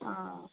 अँ